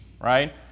right